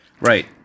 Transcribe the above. Right